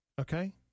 Okay